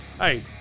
Hey